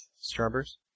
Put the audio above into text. Strawberries